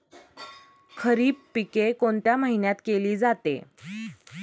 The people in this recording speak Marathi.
खरीप पिके कोणत्या महिन्यात केली जाते?